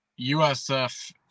USF